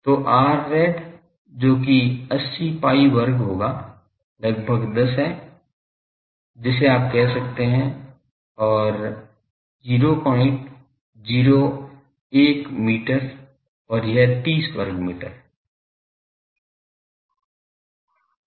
तो R rad जो कि 80 pi वर्ग होगा लगभग 10 है जिसे आप कह सकते हैं और 001 मीटर और यह 30 वर्ग है